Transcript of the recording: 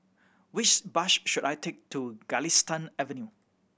which bus should I take to Galistan Avenue